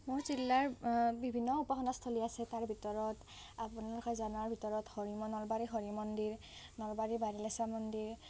মোৰ জিলাৰ বিভিন্ন উপাসনাস্থলী আছে তাৰ ভিতৰত আপোনালোকে জনাৰ ভিতৰত নলবাৰীৰ হৰি মন্দিৰ নলবাৰীৰ বাঘ্ৰেশ্বৰ মন্দিৰ